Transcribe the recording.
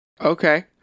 Okay